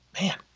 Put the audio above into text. man